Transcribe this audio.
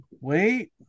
wait